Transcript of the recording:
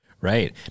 Right